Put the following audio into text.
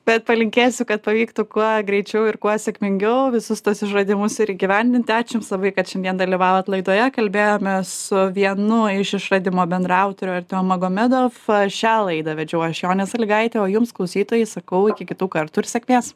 bet palinkėsiu kad pavyktų kuo greičiau ir kuo sėkmingiau visus tuos išradimus ir įgyvendinti ačiū jums labai kad šiandien dalyvavot laidoje kalbėjome su vienu iš išradimo bendraautoriu artiom magomedov šią laidą vedžiau aš jonė salygaitė o jums klausytojai sakau iki kitų kartų ir sėkmės